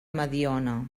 mediona